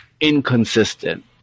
inconsistent